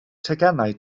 teganau